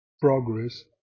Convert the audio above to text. progress